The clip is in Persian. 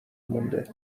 مونده